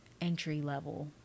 entry-level